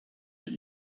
but